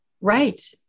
Right